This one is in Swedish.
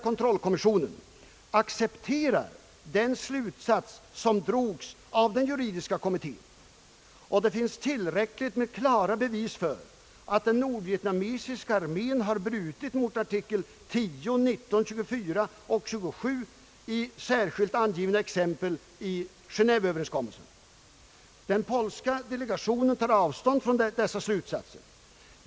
Kommissionen accepterar den slutsats som drogs av den juridiska kommittén, att det finns tillräckligt med klara bevis för att den nordvietnamesiska armén har brutit mot artiklarna 10, 19, 24 och 27 i särskilt angivna exempel. Den polska delegationen tar avstånd från dessa slutsatser.